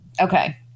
Okay